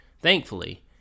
Thankfully